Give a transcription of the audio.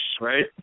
right